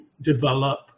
develop